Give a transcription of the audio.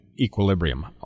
equilibrium